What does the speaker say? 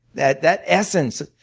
that that essence?